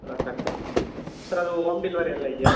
ಹಾಂ sir sir ಅದು home delivery ಎಲ್ಲ ಇದೆಯಾ